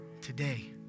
Today